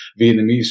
Vietnamese